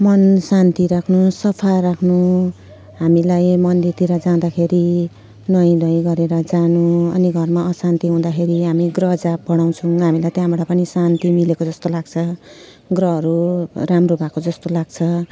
मन शान्ति राख्नु सफा राख्नु हामीलाई मन्दिरतिर जाँदाखेरि नुवाईधुवाई गरेर जानु अनि घरमा अशान्ति हुँदाखेरि हामी ग्रहजाप पढाउँछौँ हामीलाई त्यहाँबाट पनि शान्ति मिलेको जस्तो लाग्छ ग्रहहरू राम्रो भएको जस्तो लाग्छ